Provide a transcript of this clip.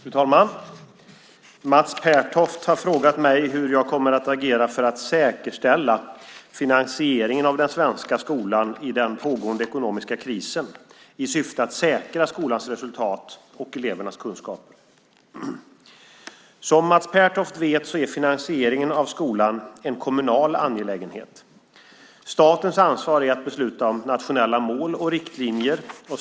Fru talman! Mats Pertoft har frågat mig hur jag kommer att agera för att säkerställa finansieringen av den svenska skolan i den pågående ekonomiska krisen i syfte att säkra skolans resultat och elevernas kunskaper. Som Mats Pertoft vet är finansieringen av skolan en kommunal angelägenhet. Statens ansvar är att besluta om nationella mål och riktlinjer.